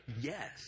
Yes